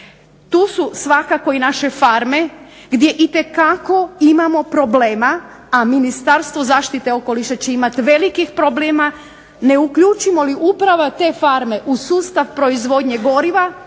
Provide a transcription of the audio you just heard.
Tu su svakako naše farme gdje itekako imamo problema, a Ministarstvo zaštite okoliša će imati problema ne uključimo li uprava te farme u sustav proizvodnje goriva,